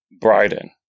Bryden